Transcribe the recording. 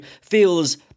feels